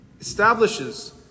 establishes